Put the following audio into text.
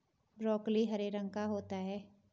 broccoli हरे रंग का होता है